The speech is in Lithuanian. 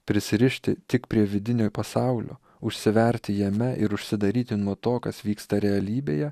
prisirišti tik prie vidinio pasaulio užsiverti jame ir užsidaryti nuo to kas vyksta realybėje